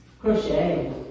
Crochet